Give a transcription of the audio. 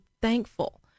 thankful